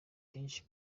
kenshi